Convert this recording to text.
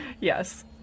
Yes